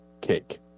cake